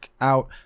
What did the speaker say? out